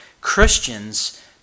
Christians